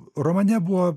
romane buvo